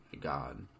God